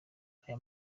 ayo